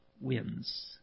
wins